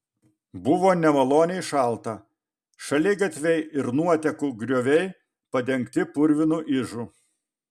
buvo nemaloniai šalta šaligatviai ir nuotekų grioviai padengti purvinu ižu